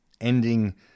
Ending